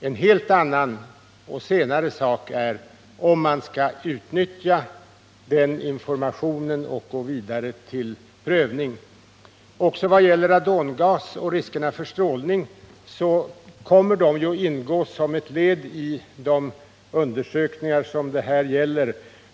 En helt annan och senare fråga blir om man skall utnyttja den information vi får fram och gå vidare till prövning. Frågan om radongasen och riskerna för strålning kommer att ingå som ett led i de undersökningar det här gäller.